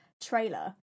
trailer